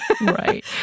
Right